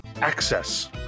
access